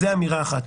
זאת אמירה אחת.